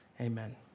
Amen